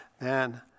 man